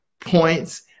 points